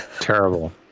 terrible